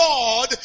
God